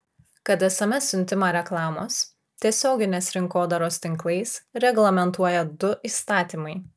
kad sms siuntimą reklamos tiesioginės rinkodaros tinklais reglamentuoja du įstatymai